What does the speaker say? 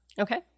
okay